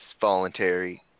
voluntary